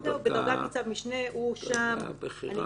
הוא האוטוריטה הכי